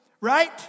right